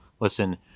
Listen